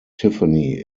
tiffany